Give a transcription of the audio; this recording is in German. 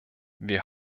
wir